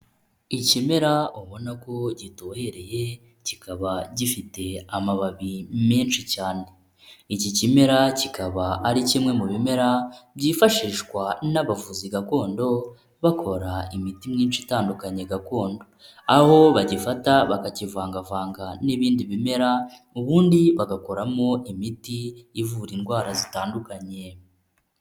Ikimera ubona ko gitohereye kikaba gifite amababi menshi cyane. Iki kimera kikaba ari kimwe mu bimera byifashishwa n'abavuzi gakondo bakora imiti myinshi itandukanye gakondo, aho bagifata bakakivangavanga n'ibindi bimera ubundi bagakoramo imiti ivura indwara zitandukanye.